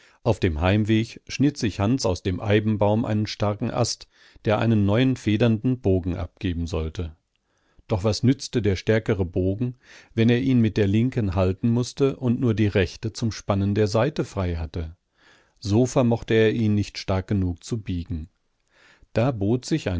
auf dem heimweg schnitt sich hans aus dem eibenbaum einen starken ast der einen neuen federnden bogen abgeben sollte doch was nützte der stärkere bogen wenn er ihn mit der linken halten mußte und nur die rechte zum spannen der saite frei hatte so vermochte er ihn nicht stark genug zu biegen da bot sich